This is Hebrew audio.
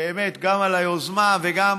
באמת גם על היוזמה וגם,